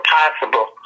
possible